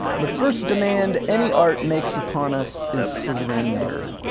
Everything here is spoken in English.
the first demand any art makes upon us is surrender.